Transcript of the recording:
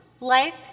life